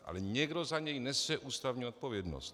Ale někdo za něj nese ústavní odpovědnost.